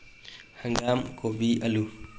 ꯍꯪꯒꯥꯝ ꯀꯣꯕꯤ ꯑꯂꯨ